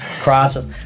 crosses